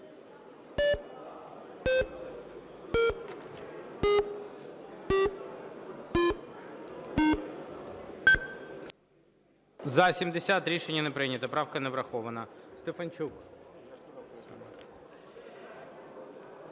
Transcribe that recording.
За-70 Рішення не прийнято. Правка не врахована.